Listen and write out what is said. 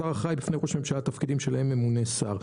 שר אחראי בפני ראש הממשלה לתפקידים שעליהם ממונה השר.